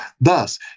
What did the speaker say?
Thus